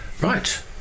right